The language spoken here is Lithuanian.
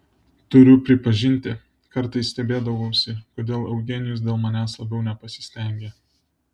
turiu pripažinti kartais stebėdavausi kodėl eugenijus dėl manęs labiau nepasistengia